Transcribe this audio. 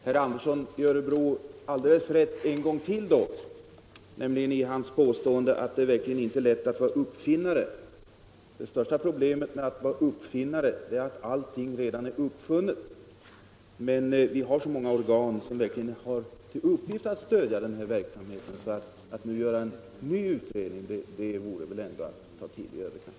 Herr talman! Jag vill ge herr Andersson i Örebro rätt en gång till, nämligen i hans påstående, att det verkligen inte är lätt att vara uppfinnare. Det största problemet för en uppfinnare är att allting redan är uppfunnet. Men vi har så många organ som har till uppgift att stödja den verksamheten att det väl vore att ta till i överkant om man skulle tillsätta en ny utredning.